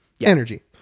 Energy